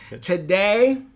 today